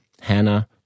Hannah